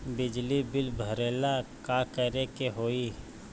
बिजली बिल भरेला का करे के होई?